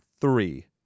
Three